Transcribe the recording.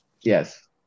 Yes